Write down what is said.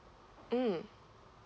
mm